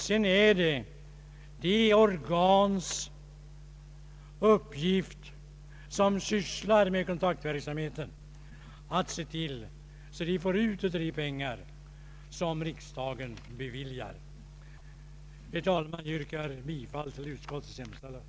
Sedan är det en uppgift för de organ som här sysslar med kontaktverksamheten att se till att de får del av de medel som riksdagen beviljar. Herr talman! Jag yrkar bifall till utskottets hemställan.